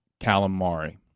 calamari